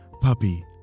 puppy